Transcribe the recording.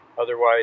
Otherwise